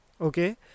Okay